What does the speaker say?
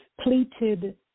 Pleated